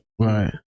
right